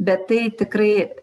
bet tai tikrai